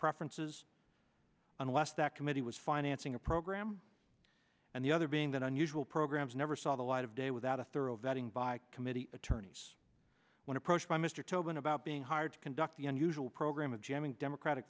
preferences unless that committee was financing a program and the other being that unusual programs never saw the light of day without a thorough vetting by committee attorneys when approached by mr tobin about being hired to conduct the unusual program of jamming democratic